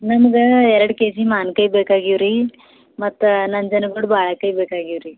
ನಮ್ಗೆ ಎರಡು K G ಮಾವಿನ್ಕಾಯಿ ಬೇಕಾಗಿವ್ರೀ ಮತ್ತು ನಂಜನಗೂಡು ಬಾಳೆಕಾಯಿ ಬೇಕಾಗೀವ್ರೀ